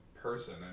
person